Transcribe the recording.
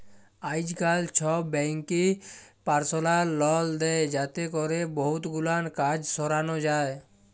আইজকাল ছব ব্যাংকই পারসলাল লল দেই যাতে ক্যরে বহুত গুলান কাজ সরানো যায়